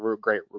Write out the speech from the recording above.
great